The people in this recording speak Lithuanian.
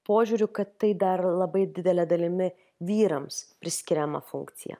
požiūriu kad tai dar labai didele dalimi vyrams priskiriama funkcija